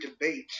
debate